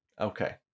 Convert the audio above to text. Okay